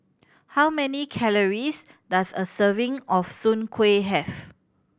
how many calories does a serving of Soon Kueh have